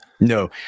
No